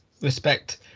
respect